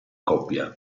coppia